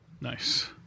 nice